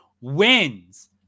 wins